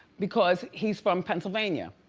because he's from pennsylvania.